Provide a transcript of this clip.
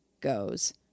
goes